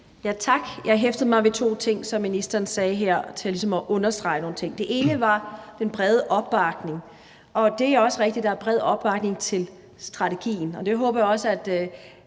Tak. Jeg hæftede mig ved to ting, som ministeren sagde her til ligesom at understrege nogle ting. Det ene var den brede opbakning, og det er også rigtigt, at der er en bred opbakning til strategien, og jeg håber også, at